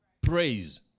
Praise